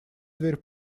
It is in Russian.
дверь